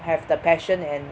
have the passion and